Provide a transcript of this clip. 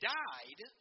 died